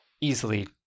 easily